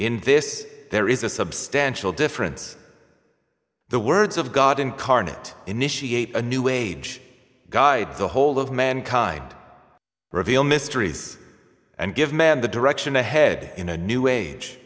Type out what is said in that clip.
in this there is a substantial difference the words of god incarnate initiate a new age guide the whole of mankind reveal mysteries and give man the direction to head in a new age